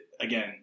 again